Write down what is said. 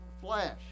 flesh